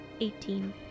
Eighteen